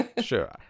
sure